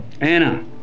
Anna